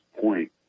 point